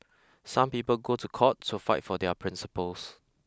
some people go to court to fight for their principles